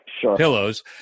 pillows